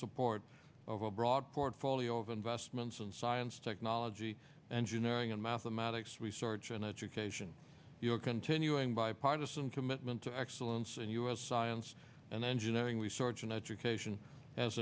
support of a broad portfolio of investments in science technology engineering and mathematics research and education your continuing bipartisan commitment to excellence and us science and engineering research and education has